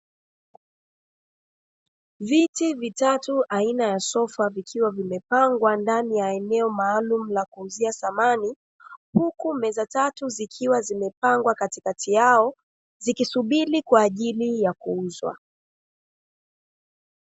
Viti vitatu aina ya sofa vikiwa vimepangwa, ndani ya eneo maalum ya kuuzia samani. Huku meza tatu zikiwa zimepangwa katikati yao zikisubiri kwa ajili ya kuuzwa.